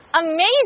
Amazing